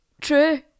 true